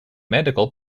medical